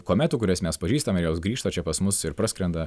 kometų kurias mes pažįstam ir jos grįžta čia pas mus ir praskrenda